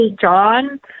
John